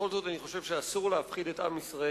בכל זאת אני חושב שאסור להפחיד את עם ישראל,